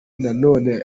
nanone